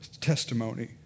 testimony